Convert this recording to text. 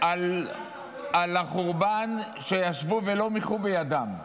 על החורבן, שישבו ולא מחו בידם.